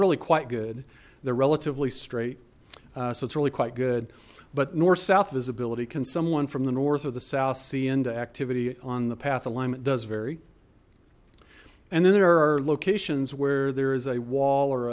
really quite good they're relatively straight so it's really quite good but north south visibility can someone from the north or the south see into activity on the path alignment does vary and then there are locations where there is a wall or